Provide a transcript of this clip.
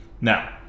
Now